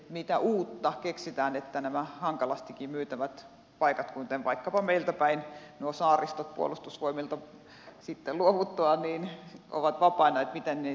mitä uutta keksitään että nämä hankalastikin myytävät paikat kuten vaikkapa meiltä päin nuo saaristot puolustusvoimien niistä luovuttua sitten kun ne ovat vapaana saadaan myytyä